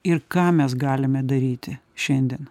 ir ką mes galime daryti šiandien